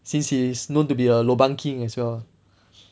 since he is known to be a lobang king as well